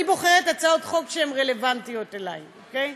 אני בוחרת הצעות חוק שהן רלוונטיות אלי, אוקיי?